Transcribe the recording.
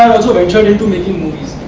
also ventured into making movies.